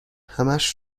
همش